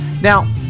Now